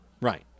Right